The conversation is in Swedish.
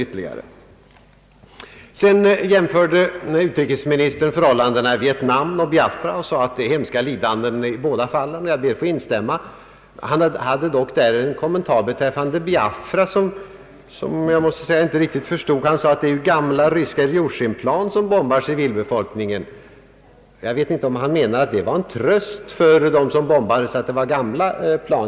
Utrikesministern jämförde också förhållandena i Vietnam och i Biafra. Han sade att det var hemska lidanden i båda fallen, och det ber jag att få instämma i. Han hade dock en kommentar beträffande Biafra som jag inte riktigt förstod. Han sade att det ju är gamla ryska Iljusjinplan som bombar civilbefolkningen. Jag vet inte om han menar att det var en tröst för dem som bombas att det var gamla plan som utförde bombningen.